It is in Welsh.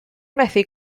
methu